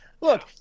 Look